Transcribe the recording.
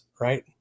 right